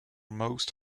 most